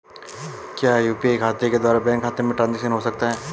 क्या यू.पी.आई के द्वारा बैंक खाते में ट्रैन्ज़ैक्शन हो सकता है?